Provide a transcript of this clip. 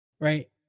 Right